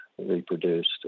reproduced